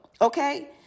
okay